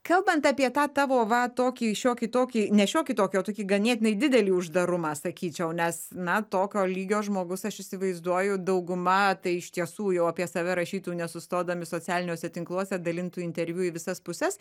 kalbant apie tą tavo va tokį šiokį tokį ne šiokį tokį o tokį ganėtinai didelį uždarumą sakyčiau nes na tokio lygio žmogus aš įsivaizduoju dauguma tai iš tiesų jau apie save rašytų nesustodami socialiniuose tinkluose dalintų interviu į visas puses